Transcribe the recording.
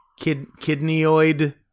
Kidneyoid